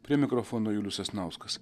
prie mikrofono julius sasnauskas